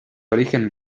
origen